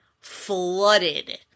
flooded